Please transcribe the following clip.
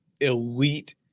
elite